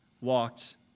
walked